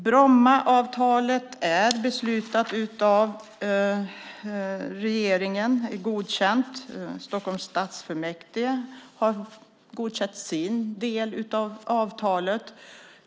Brommaavtalet är beslutat av regeringen. Stockholms stadsfullmäktige har godkänt sin del av avtalet.